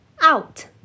Out